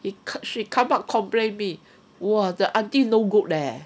he she come out complain me !wah! the aunty no good leh